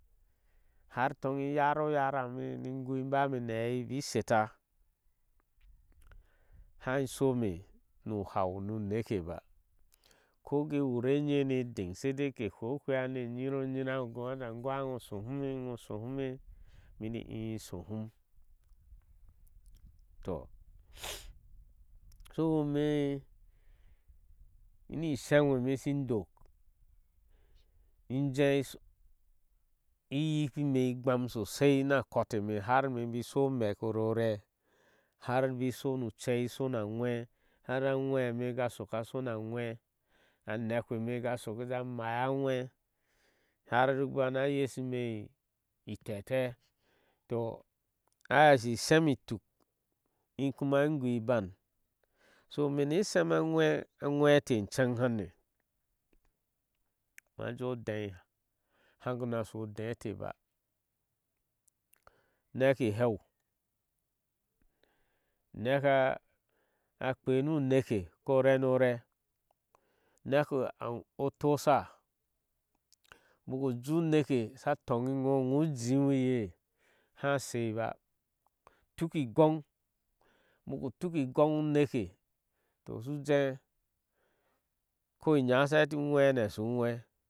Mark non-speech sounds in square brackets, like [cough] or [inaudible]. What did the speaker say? Har toŋ yara oyara me ni ingui in bame ni aha ibren seta hai some nu whau nu uneke ba. ko kin wur eye ni edeŋ saidai ke nyira onyira nike hwea ohwea. usu goh ata aŋwa iŋo ushokun ko shaa meti il inshohen [hesitation] ime ni isem eme ishin dok in jee iyike ime igbam sosai na kote me har ime ibi sho omek rore har bi sona a chei so na aŋwe har a jwe eme ashoke a sona a ŋwe a nekpeme ka shoy a jee ajh mai aŋwee har a bana yeshi ime itete toh ai ashi ishem ituk ukama ingui iban, so ime ne sema agwe atwe ete ichen hane ma jeeh odee ha guna sho odee eteh baa ma neki ileu neka akpei nu neke ko renurek neko otosha ubaku jeeh unuae sha togi ŋgo inŋo ujinoiye a shei ba utuki igoŋ ubuku tuki egonŋ uneke toh su jeh ko inya asa heti unwehane aso uŋwe